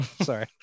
Sorry